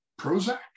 Prozac